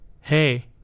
Hey